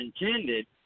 intended